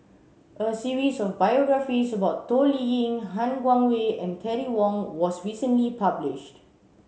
a series of biographies about Toh Liying Han Guangwei and Terry Wong was recently published